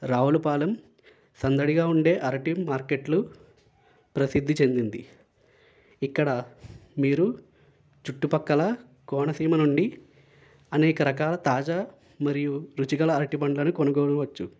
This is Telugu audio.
రావులపాలెం సందడిగా ఉండే అరటి మార్కెట్లు ప్రసిద్ధి చెందింది ఇక్కడ మీరు చుట్టుపక్కల కోనసీమ నుండి అనేక రకాల తాజా మరియు రుచికర అరటి పండ్లను కొనుగొనవచ్చు